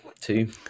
two